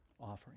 offering